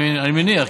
אני מניח,